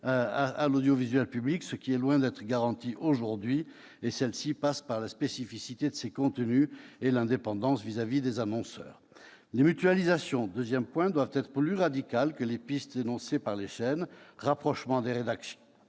à l'audiovisuel public, ce qui est loin d'être garanti aujourd'hui. Celle-ci passe par la spécificité de ses contenus et l'indépendance à l'égard des annonceurs. Deuxièmement, les mutualisations doivent être plus radicales que les pistes énoncées par les chaînes : rapprochement des rédactions,